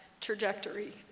trajectory